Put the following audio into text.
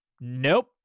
nope